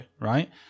right